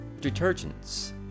detergents